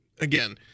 again